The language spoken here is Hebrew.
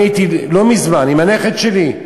הייתי לא מזמן עם הנכד שלי,